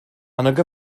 annog